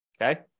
Okay